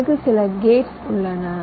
எனக்கு சில கேட்ஸ் உள்ளன